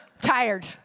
Tired